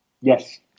Yes